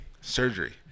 Surgery